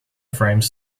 frames